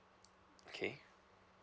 okay